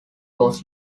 was